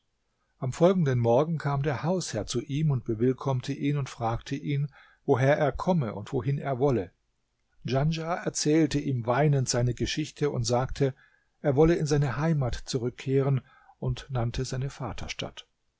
am folgenden morgen kam der hausherr zu ihm und bewillkommte ihn und fragte ihn woher er komme und wohin er wolle djanschah erzählte ihm weinend seine geschichte und sagte er wolle in seine heimat zurückkehren und nannte seine